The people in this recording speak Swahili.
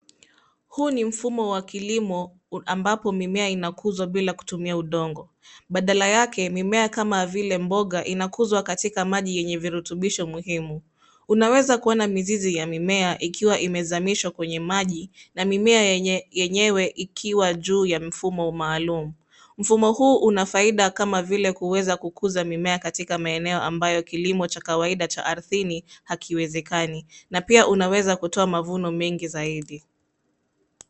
Huu ni mfumo wa kilimo ambapo mimea inakuzwa bila kutumia udongo badala yake mimea kama vile mboga, inakuzwa katika maji yenye virutubisho muhimu. Unaweza kuona mizizi ya mimea ikiwa imezamishwa kwenye maji na mimea yenyewe ikiwa juu ya mfumo maalum. Mfumo huu una faida kama vile kuweza kukuza mimea katika maeneo ambayo kilimo cha kawaida cha ardhini hakiwezekani na pia unaweza kutoa mavuno mengi zaidi.